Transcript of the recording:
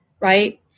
Right